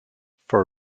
for